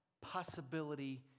possibility